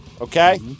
Okay